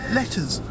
letters